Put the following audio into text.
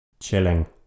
chilling